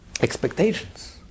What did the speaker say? expectations